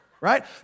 right